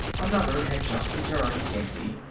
another had just returned, empty,